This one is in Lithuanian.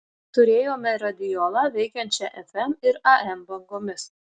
turėjome radiolą veikiančią fm ir am bangomis